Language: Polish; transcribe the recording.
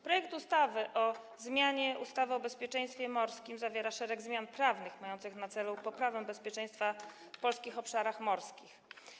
Projekt ustawy o zmianie ustawy o bezpieczeństwie morskim zawiera szereg zmian prawnych mających na celu poprawę bezpieczeństwa na polskich obszarach morskich.